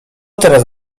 teraz